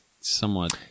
somewhat